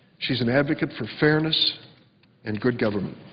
she is an advocate for fairness and good government.